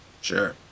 sure